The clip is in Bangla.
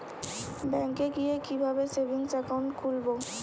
ব্যাঙ্কে গিয়ে কিভাবে সেভিংস একাউন্ট খুলব?